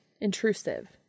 intrusive